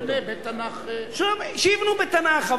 עד שייבנה בית תנ"ך, שיבנו בית תנ"ך.